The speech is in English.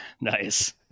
Nice